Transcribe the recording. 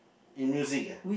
in music ah